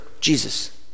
Jesus